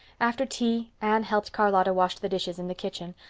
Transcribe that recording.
after tea anne helped charlotta wash the dishes in the kitchen,